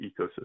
ecosystem